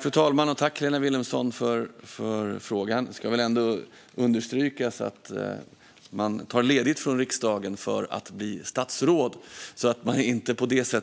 Fru talman! Tack, Helena Vilhelmsson, för frågan! Det ska ändå understrykas att man tar ledigt från riksdagen för att bli statsråd, så man är inte